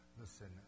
Listen